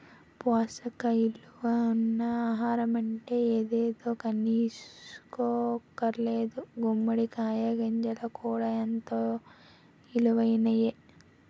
పోసక ఇలువలున్న ఆహారమంటే ఎదేదో అనీసుకోక్కర్లేదు గుమ్మడి కాయ గింజలు కూడా ఎంతో ఇలువైనయే